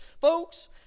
Folks